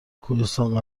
کوهستان